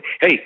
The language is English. Hey